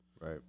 Right